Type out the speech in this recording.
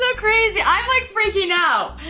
um crazy. i'm like freaking out,